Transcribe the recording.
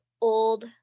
old